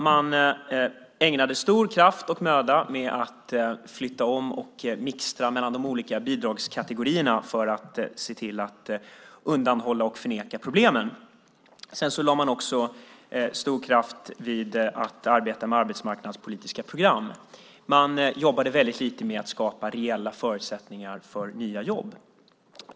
Man ägnade stor kraft och möda åt att flytta om och mixtra mellan de olika bidragskategorierna för att se till att undanhålla och förneka problemen. Sedan lade man också stor kraft på att arbeta med arbetsmarknadspolitiska program. Man jobbade väldigt lite med att skapa reella förutsättningar för nya jobb.